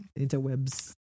interwebs